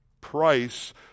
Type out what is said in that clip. price